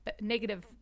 negative